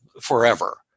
forever